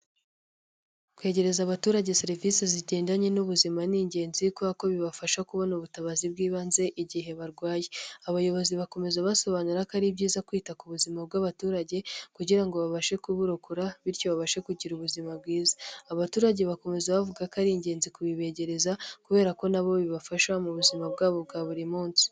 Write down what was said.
Kwegereza abaturage serivisi zigendanye n'ubuzima ni ingenzi kubera ko bibafasha kubona ubutabazi bw'ibanze igihe barwaye, abayobozi bakomeza basobanura ko ari byiza kwita ku buzima bw'abaturage kugira ngo babashe kuburokora bityo babashe kugira ubuzima bwiza, abaturage bakomeza bavuga ko ari ingenzi kubibegereza kubera ko na bo bibafasha mu buzima bwabo bwa buri munsi.